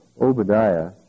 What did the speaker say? Obadiah